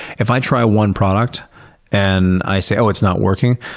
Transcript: if i try one product and i say, oh, it's not working,